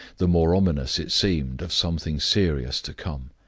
the more ominous it seemed of something serious to come.